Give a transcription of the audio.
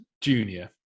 Junior